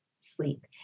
sleep